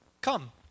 Come